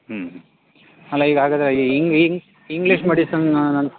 ಹ್ಞ್ ಅಲ್ಲ ಈಗ ಹಾಗಾದ್ರೆ ಇಂಗ್ಲೀಷ್ ಮೆಡಿಸನ್ ನನ್ನ